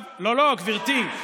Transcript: לא, לא גברתי.